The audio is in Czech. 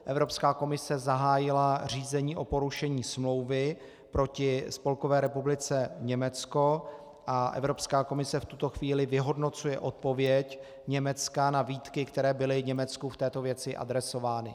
Evropská komise zahájila řízení o porušení smlouvy proti Spolkové republice Německo a Evropská komise v tuto chvíli vyhodnocuje odpověď Německa na výtky, které byly Německu v této věci adresovány.